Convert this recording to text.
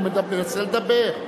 הוא מנסה לדבר.